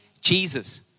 Jesus